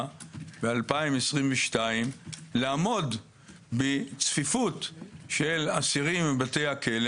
ב-2022 לעמוד בצפיפות של אסירים בבתי הכלא,